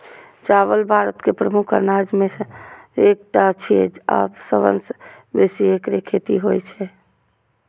चावल भारत के प्रमुख अनाज मे सं एकटा छियै आ सबसं बेसी एकरे खेती होइ छै